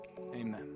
Amen